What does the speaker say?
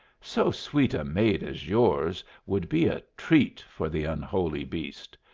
so sweet a maid as yours would be a treat for the unholy beast.